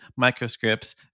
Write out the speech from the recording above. microscripts